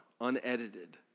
unedited